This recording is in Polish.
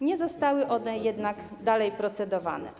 Nie były one jednak dalej procedowane.